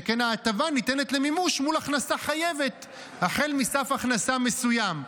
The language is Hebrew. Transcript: שכן ההטבה ניתנת למימוש מול הכנסה חייבת החל מסף הכנסה מסוים.